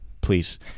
please